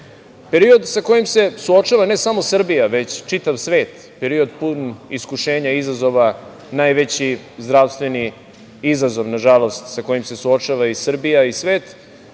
6%.Period sa kojim se suočava ne samo Srbija, već čitav svet, period pun iskušenja, izazova, najveći zdravstveni izazov, nažalost sa kojim se suočava i Srbija i svet,